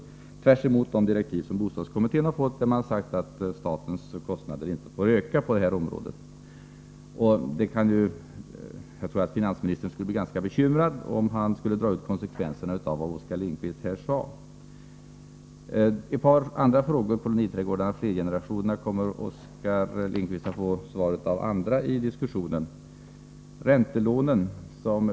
Detta är tvärt emot de direktiv som bostadskommittén har fått, vari har sagts att statens kostnader inte får öka på bostadsområdet. Jag tror att finansministern skulle bli bekymrad om han fick ta konsekvenserna av vad Oskar Lindkvist sade. Angående koloniträdgårdar och flergenerationsboende kommer Oskar Lindkvist att få svar av andra i debatten.